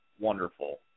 wonderful